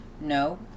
no